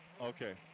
Okay